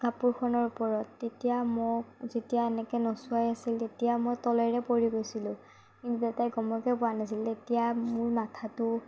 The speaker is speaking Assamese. কাপোৰখনৰ ওপৰত তেতিয়া মোক যেতিয়া এনেকৈ নচুৱাই আছিলে তেতিয়া মই তলেৰে পৰি গৈছিলো কিন্তু দেউতাই গমকে পোৱা নাছিলে তেতিয়া মোৰ মাথাটো